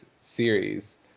series